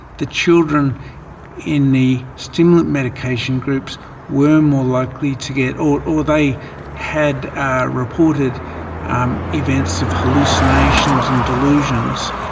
the children in the stimulant medication groups were more likely to get, or or they had ah reported um events of hallucinations and delusions.